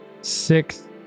six